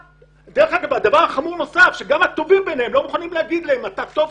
דבר חמור נוסף שגם הטובים שבהם לא מוכנים להילחם עליהם ולהגיד: אתה טוב,